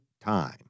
time